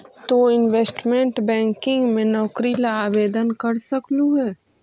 तु investment banking में नौकरी ला आवेदन कर सकलू हे